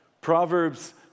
Proverbs